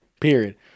Period